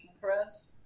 press